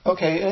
Okay